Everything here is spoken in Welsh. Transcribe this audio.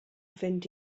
fynd